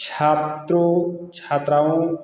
छात्रों छात्राओं